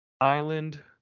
island